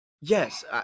yes